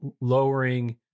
lowering